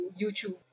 YouTube